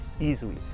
easily